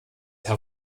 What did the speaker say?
herr